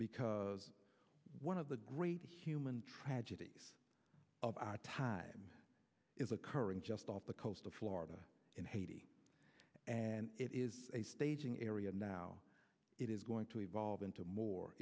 because one of the great human tragedies of our time is occurring just off the coast of florida in haiti and it is a staging area now it is going to evolve into more